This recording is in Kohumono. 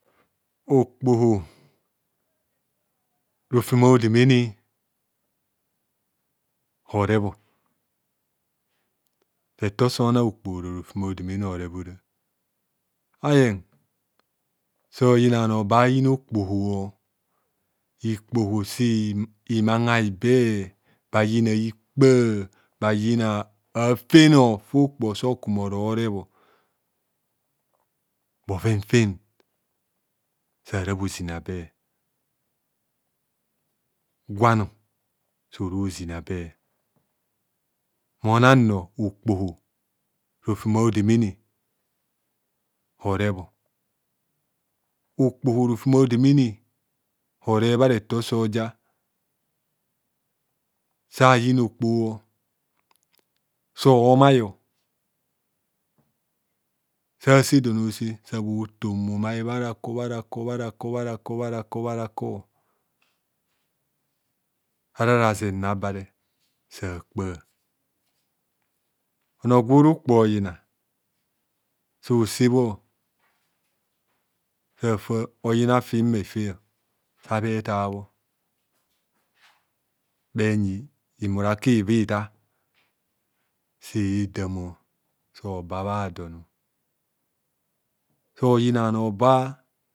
. Okpoho rofem a'hodemene oreb retor so na okpo ora rofem odemene oreb ora aye soyina bhanor babha yina okpoho ikpoho si maghai be bhayina hikpa bhayina afen fo okpo osokumoro rebho bhoven fen sara bhozina be gwan soro zina be mona nnor okpoho rofem odemene orebho okpo rofem odemene oreb bhareto soja sayina okpho so maio sase don a'ose sa bhoton bhumai bharakor bharakor bharakor bharakor bharakor arara zemmo abare sakpa onor gwora okpoha oyina sose bho safa oyina fim efe sabhe tabhor bhenyi imuraka iva itar se damo so babhadon. sonyina bhano ba